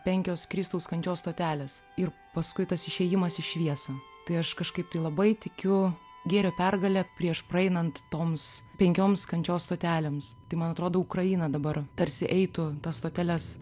penkios kristaus kančios stotelės ir paskui tas išėjimas į šviesą tai aš kažkaip tai labai tikiu gėrio pergale prieš praeinant toms penkioms kančios stotelėms tai man atrodo ukraina dabar tarsi eitų tas stoteles